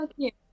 Okay